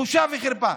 בושה וחרפה.